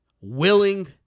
willing